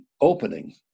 opening